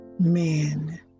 Amen